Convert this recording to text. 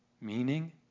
meaning